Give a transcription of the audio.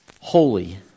holy